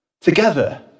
Together